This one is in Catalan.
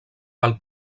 pel